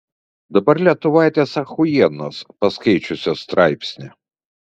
dabar lietuvaitės achuienos paskaičiusios straipsnį